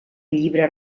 llibre